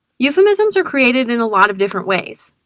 euphemisms are created in a lot of different ways.